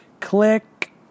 Click